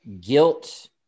guilt